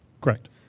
Correct